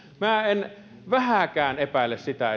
minä en vähääkään epäile sitä